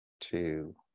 two